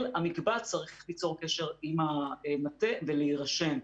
המקבץ צריך ליצור קשר עם המטה ולהירשם.